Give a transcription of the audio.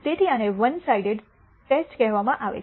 તેથી આને one sided test કહેવામાં આવે છે